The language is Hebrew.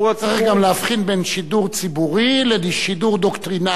צריך גם להבחין בין שידור ציבורי לשידור דוקטרינרי.